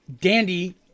Dandy